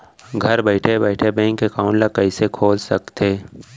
घर बइठे बइठे बैंक एकाउंट ल कइसे खोल सकथे?